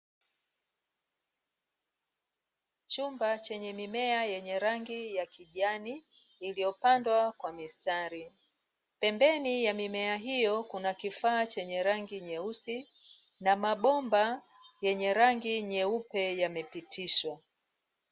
Chumba chenye mimea yenye rangi ya kijani iliyopandwa kwa mistari. Pembeni ya mimea hiyo kuna kifaa chenye rangi nyeusi na mabomba yenye rangi nyeupe yamepitishwa.